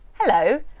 Hello